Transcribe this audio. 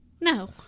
No